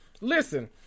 Listen